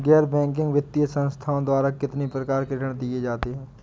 गैर बैंकिंग वित्तीय संस्थाओं द्वारा कितनी प्रकार के ऋण दिए जाते हैं?